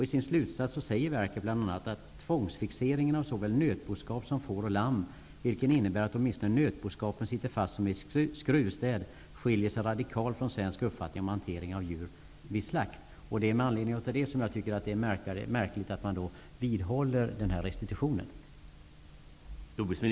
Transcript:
I sin slutsats säger verket bl.a.: ''Tvångsfixeringen av såväl nötboskap som får och lamm, vilken innebär att åtminstone nötboskapen sitter fast som i ett skruvstäd, skiljer sig radikalt från svensk uppfattning om hantering av djur vid slakt.'' Det är med anledning av detta som jag tycker att det är märkligt att man vidhåller denna restitution.